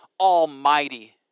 almighty